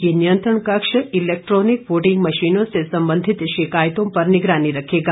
यह नियंत्रण कक्ष इलेक्ट्रॉनिक वोटिंग मशीनों से संबंधित शिकायतों पर निगरानी रखेगा